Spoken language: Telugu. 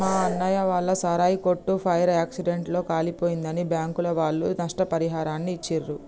మా అన్నయ్య వాళ్ళ సారాయి కొట్టు ఫైర్ యాక్సిడెంట్ లో కాలిపోయిందని బ్యాంకుల వాళ్ళు నష్టపరిహారాన్ని ఇచ్చిర్రు